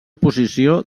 posició